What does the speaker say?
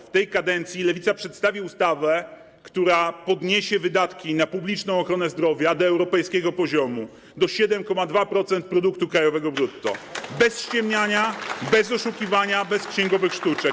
W tej kadencji Lewica przedstawi ustawę, która podniesie wydatki na publiczną ochronę zdrowia do europejskiego poziomu, do 7,2% produktu krajowego brutto, bez ściemniania, bez oszukiwania, bez księgowych sztuczek.